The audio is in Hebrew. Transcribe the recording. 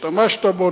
השתמשת בו,